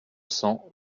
cents